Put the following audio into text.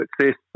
success